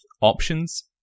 options